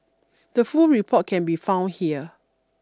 the full report can be found here